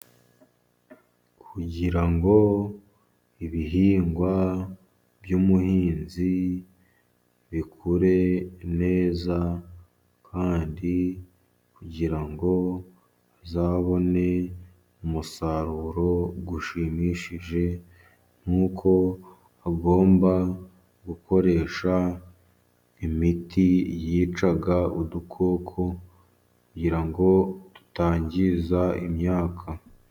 kugira ngo ibihingwa byumuhinzi bikure neza kandi kugirango azabone umusaruro u ushimishije nkukouko agomba gukoresha imiti yicaga udukoko kugirango ngo tutangiza imyaka